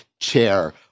chair